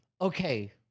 Okay